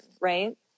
right